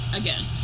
again